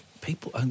people